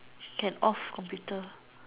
can off computer